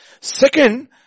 Second